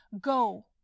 Go